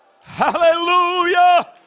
Hallelujah